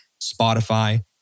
Spotify